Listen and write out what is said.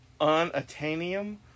Unatanium